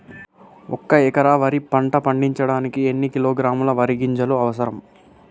ఒక్క ఎకరా వరి పంట పండించడానికి ఎన్ని కిలోగ్రాముల వరి గింజలు అవసరం?